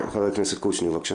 חבר הכנסת קושניר, בבקשה.